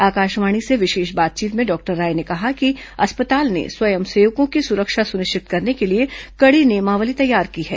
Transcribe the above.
आकाशवाणी से विशेष बातचीत में डॉक्टर राय ने कहा कि अस्पताल ने स्वयंसेवको की सुरक्षा सुनिश्चित करने के लिए कडी नियमावली तैयार की है